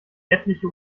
etliche